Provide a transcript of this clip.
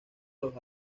los